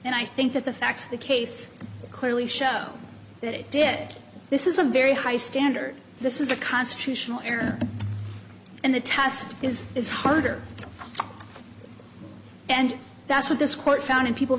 and i think that the facts of the case clearly show that it did this is a very high standard this is a constitutional error and the test is is harder and that's what this court found and people